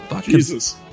Jesus